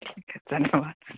ठीक है धन्यवाद सर